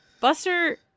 Buster